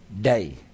day